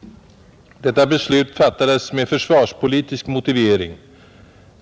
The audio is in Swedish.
Detta beslut fattades med försvarspolitisk motivering.